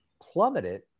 plummeted